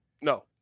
No